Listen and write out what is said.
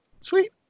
Sweet